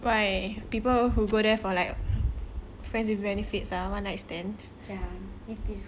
why people who go there for like friends with benefits ah one night stand